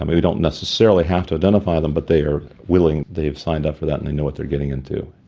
um and we don't necessarily have to identify them, but they are willing, they have signed up for that and they know what they're getting into.